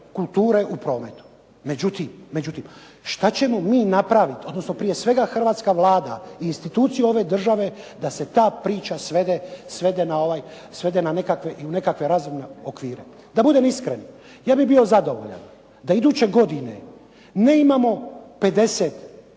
kulture u prometu. Međutim, šta ćemo mi napravit, odnosno prije svega hrvatska Vlada i institucije ove države da se ta priča svede u nekakve razumne okvire. Da budem iskren, ja bih bio zadovoljan da iduće godine nemamo 50